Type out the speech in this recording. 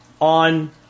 on